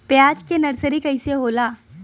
प्याज के नर्सरी कइसे होला?